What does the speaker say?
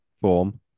form